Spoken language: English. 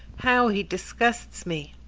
how he disgusts me!